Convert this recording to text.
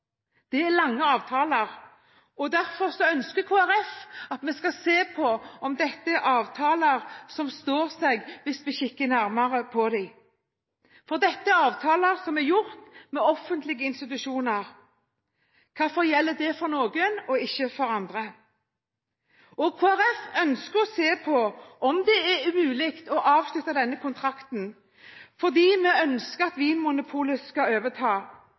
Det er lange avtaler, og derfor ønsker Kristelig Folkeparti at vi skal se på om dette er avtaler som står seg hvis vi kikker nærmere på dem. Dette er avtaler som er gjort med offentlige institusjoner. Hvorfor gjelder det for noen og ikke for andre? Kristelig Folkeparti ønsker å se på om det er mulig å avslutte denne kontrakten, for vi ønsker at Vinmonopolet skal overta.